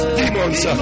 demons